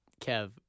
Kev